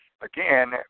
Again